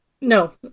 No